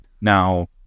now